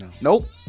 Nope